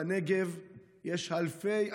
בנגב יש אלפי,